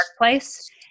workplace